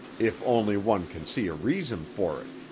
if only one can see a reason for it.